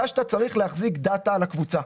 דע שאתה צריך להחזיר דאטה על הקבוצה.